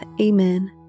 Amen